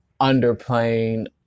underplaying